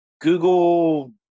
Google